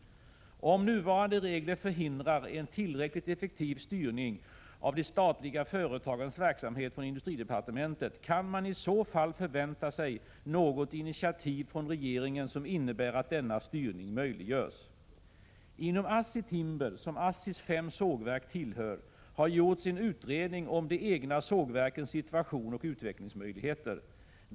Om nuvarande regler förhindrar en tillräckligt effektiv styrning av de statliga företagens verksamhet från industridepartementet, kan man i så fall förvänta sig något initiativ från regeringen som innebär att denna styrning möjliggörs? Inom ASSI Timber, som ASSI:s fem sågverk tillhör, har gjorts en utredning om de egna sågverkens situation och utvecklingsmöjligheter.